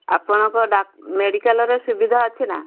ଆପଣଙ୍କ ଡ଼ା ମେଡ଼ିକାଲ୍ରେ ସୁବିଧା ଅଛି ନା